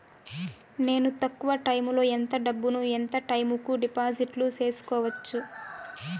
నేను తక్కువ టైములో ఎంత డబ్బును ఎంత టైము కు డిపాజిట్లు సేసుకోవచ్చు?